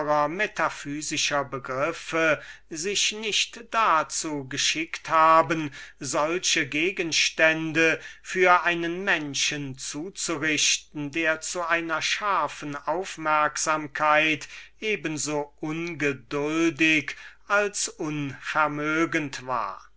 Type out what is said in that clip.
metaphysischer begriffe sich nicht dazu geschickt haben solche gegenstände für einen menschen zu zurichten der zu einer scharfen aufmerksamkeit eben so ungeduldig als unvermögend war